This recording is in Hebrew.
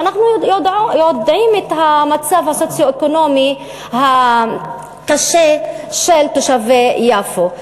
ואנחנו יודעים את המצב הסוציו-אקונומי הקשה של תושבי יפו.